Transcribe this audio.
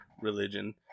religion